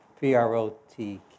P-R-O-T